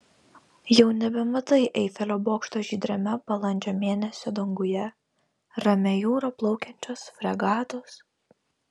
jau nebematai eifelio bokšto žydrame balandžio mėnesio danguje ramia jūra plaukiančios fregatos